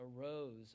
arose